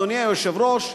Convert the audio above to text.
אדוני היושב-ראש,